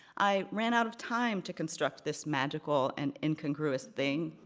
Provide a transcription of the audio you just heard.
i ran out of time to construct this magical and incongruous thing,